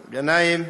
גנאים,